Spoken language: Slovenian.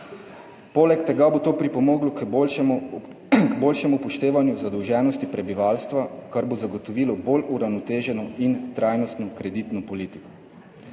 Poleg tega bo to pripomoglo k boljšemu upoštevanju zadolženosti prebivalstva, kar bo zagotovilo bolj uravnoteženo in trajnostno kreditno politiko.